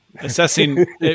assessing